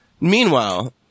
Meanwhile